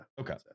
okay